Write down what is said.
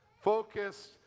Focused